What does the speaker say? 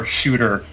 shooter